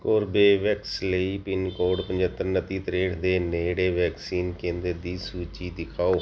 Corbevax ਲਈ pin code ਪਝੱਤਰ ਉਣੱਤੀ ਤਰੇਂਹਠ ਦੇ ਨੇੜੇ ਵੈਕਸੀਨ ਕੇਂਦਰ ਦੀ ਸੂਚੀ ਦਿਖਾਓ